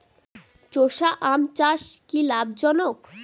চোষা আম চাষ কি লাভজনক?